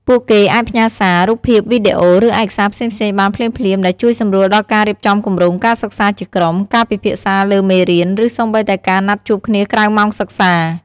ពួកគេអាចផ្ញើសារ រូបភាព វីដេអូ ឬឯកសារផ្សេងៗបានភ្លាមៗ ដែលជួយសម្រួលដល់ការរៀបចំគម្រោងការសិក្សាជាក្រុម ការពិភាក្សាលើមេរៀន ឬសូម្បីតែការណាត់ជួបគ្នាក្រៅម៉ោងសិក្សា។